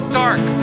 dark